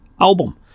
album